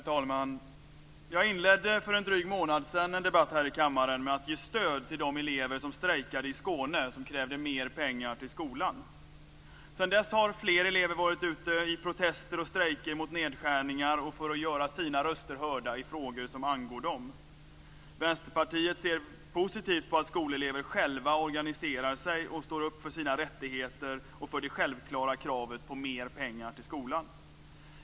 Herr talman! Jag inledde för en dryg månad sedan en debatt här i kammaren med att ge stöd till de elever som strejkade i Skåne och som krävde mer pengar till skolan. Sedan dess har fler elever varit ute i protester och strejker mot nedskärningar och för att göra sina röster hörda i frågor som angår dem. Vänsterpartiet ser positivt på att skolelever själva organiserar sig och står upp för sina rättigheter och för det självklara kravet på mer pengar till skolan.